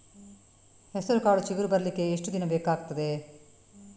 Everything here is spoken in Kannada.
ಹೆಸರುಕಾಳು ಚಿಗುರು ಬರ್ಲಿಕ್ಕೆ ಎಷ್ಟು ದಿನ ಬೇಕಗ್ತಾದೆ?